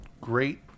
great